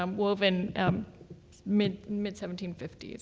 um woven um mid mid seventeen fifty s.